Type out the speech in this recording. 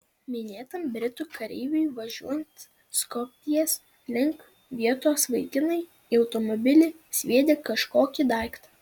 minėtam britų kareiviui važiuojant skopjės link vietos vaikinai į automobilį sviedė kažkokį daiktą